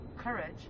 Courage